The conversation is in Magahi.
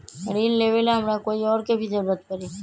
ऋन लेबेला हमरा कोई और के भी जरूरत परी?